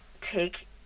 take